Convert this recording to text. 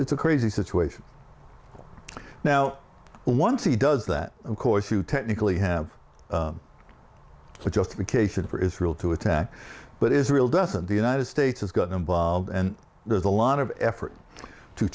a crazy situation now once he does that of course you technically have the justification for israel to attack but israel doesn't the united states has gotten involved and there's a lot of effort to